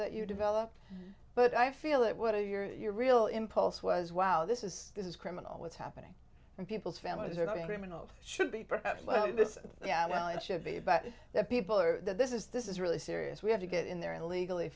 that you develop but i feel that what are your your real impulse was wow this is this is criminal what's happening in people's families are not criminals should be perhaps this yeah well it should be but the people are this is this is really serious we have to get in there illegally